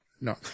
no